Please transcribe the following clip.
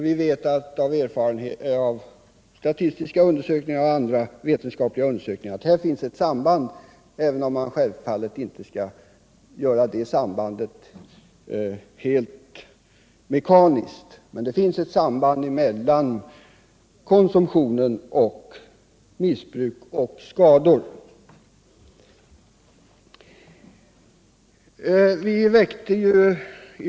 Vi vet från statistiska undersökningar och andra vetenskapliga undersökningar att här finns ett samband, även om man självfallet inte skall göra det sambandet helt mekaniskt, mellan konsumtionen och missbruk och skador.